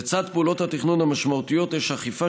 לצד פעולות התכנון המשמעותיות יש אכיפה,